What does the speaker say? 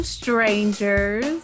Strangers